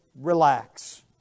relax